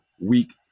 week